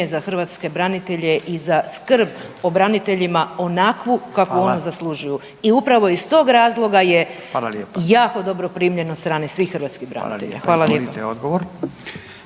za hrvatske branitelje i za skrb o braniteljima onakvu kakvu oni zaslužuju i … …/Upadica Radin: Hvala./… … upravo iz tog razloga je jako dobro primljen od strane svih hrvatskih branitelja. Hvala lijepa.